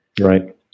right